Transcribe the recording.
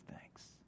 thanks